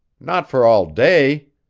not for all day.